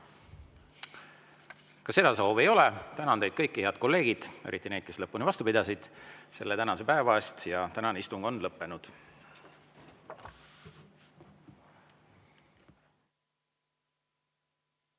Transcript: Ka seda soovi ei ole. Tänan teid kõiki, head kolleegid, eriti neid, kes lõpuni vastu pidasid, selle tänase päeva eest. Tänane istung on lõppenud.